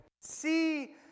See